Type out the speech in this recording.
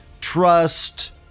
trust